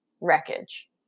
wreckage